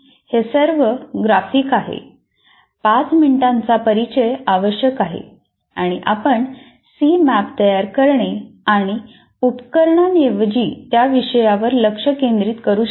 हे सर्व ग्राफिक आहे 5 मिनिटांचा परिचय आवश्यक आहे आणि आपण सी मॅप तयार करणे आणि उपकरणाऐवजी त्या विषयावर लक्ष केंद्रित करू शकता